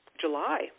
July